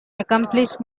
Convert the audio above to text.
accomplished